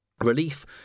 Relief